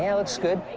yeah looks good.